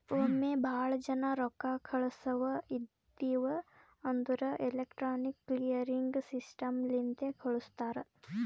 ಒಮ್ಮೆ ಭಾಳ ಜನಾ ರೊಕ್ಕಾ ಕಳ್ಸವ್ ಇದ್ಧಿವ್ ಅಂದುರ್ ಎಲೆಕ್ಟ್ರಾನಿಕ್ ಕ್ಲಿಯರಿಂಗ್ ಸಿಸ್ಟಮ್ ಲಿಂತೆ ಕಳುಸ್ತಾರ್